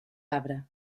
arbre